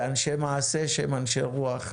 ואנשי מעשה שהם אנשי רוח.